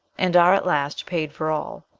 and are at last paid for all.